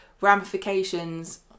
ramifications